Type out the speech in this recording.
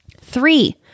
Three